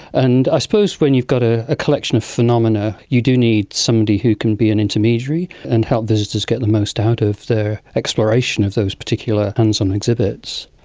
and i suppose when you've got a ah collection of phenomena you do need somebody who can be an intermediary and help visitors get the most out of their exploration of those particular hands-on exhibits.